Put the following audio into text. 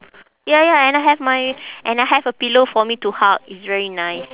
ya ya and I have my and I have a pillow for me to hug it's very nice